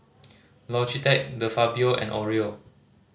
Logitech De Fabio and Oreo